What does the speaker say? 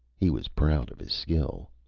he was proud of his skill.